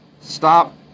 stop